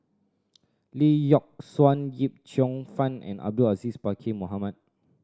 Lee Yock Suan Yip Cheong Fun and Abdul Aziz Pakkeer Mohamed